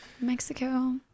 Mexico